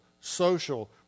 social